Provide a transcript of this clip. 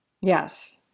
Yes